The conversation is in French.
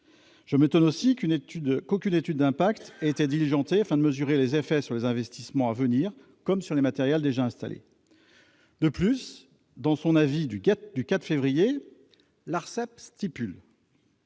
Je m'étonne aussi qu'aucune étude d'impact n'ait été diligentée afin de mesurer les effets de cette proposition sur les investissements à venir, comme sur les matériels déjà installés. De plus, dans son avis du 4 février dernier, l'ARCEP relève